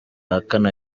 ahakane